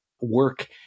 work